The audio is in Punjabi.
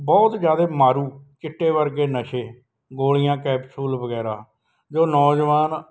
ਬਹੁਤ ਜ਼ਿਆਦਾ ਮਾਰੂ ਚਿੱਟੇ ਵਰਗੇ ਨਸ਼ੇ ਗੋਲੀਆਂ ਕੈਪਸੂਲ ਵਗੈਰਾ ਜੋ ਨੌਜਵਾਨ